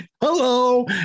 hello